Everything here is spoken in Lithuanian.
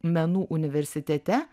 menų universitete